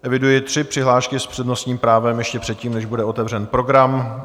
Eviduji tři přihlášky s přednostním právem ještě před tím, než bude otevřen program.